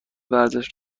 ورزش